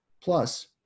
Plus